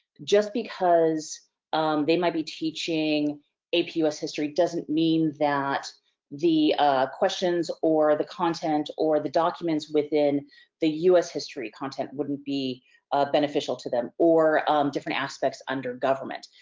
just because they might be teaching ap u s. history doesn't mean that the questions, or the content or the documents within the us history content wouldn't be beneficial to them or different aspects under government.